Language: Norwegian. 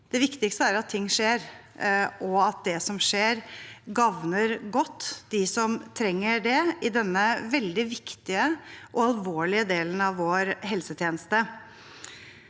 Det viktigste er at ting skjer, og at det som skjer, gagner godt dem som trenger det, i denne veldig viktige og alvorlige delen av vår helsetjeneste.